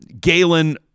Galen